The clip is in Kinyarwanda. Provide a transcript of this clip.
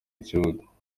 kibuga